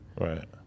Right